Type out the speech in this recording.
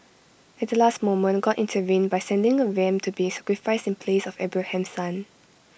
at the last moment God intervened by sending A ram to be sacrificed in place of Abraham's son